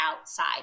outside